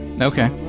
Okay